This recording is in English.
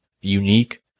unique